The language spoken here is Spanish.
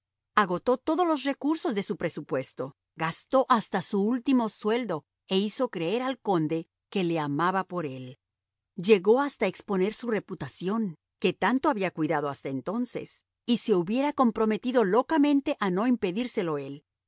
agotó todos los recursos de su presupuesto gastó hasta su último sueldo e hizo creer al conde que le amaba por él llegó hasta exponer su reputación que tanto había cuidado hasta entonces y se hubiera comprometido locamente a no impedírselo él